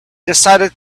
decided